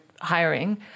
Hiring